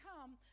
come